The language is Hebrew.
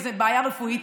איזה בעיה רפואית,